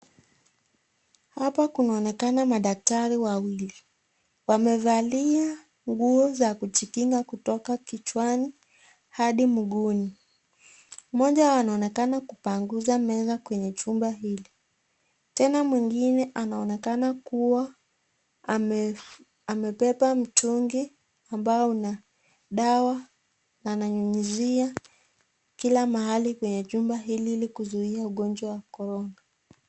Hapa kunaonekana madaktari wawili wamevalia nguo za kujikinga kutoka kichwani hadi mguuni moja anaonekana kupanguza meza kwenye chumba hili tena mwingine anaonekana kuwa amebeba mtungi ambao una dawa ananyunyizia ili kuziwe na ugonjwa wa corona.